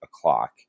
o'clock